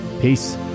Peace